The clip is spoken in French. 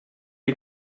les